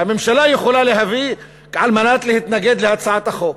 שהממשלה יכולה להביא כדי להתנגד להצעת החוק.